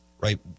right